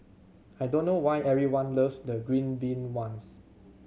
I don't know why everyone loves the green bean ones